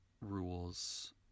rules